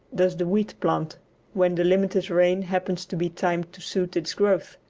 does the wheat plant when the limited rains happen to be timed to suit its growth,